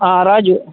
ಹಾಂ ರಾಜು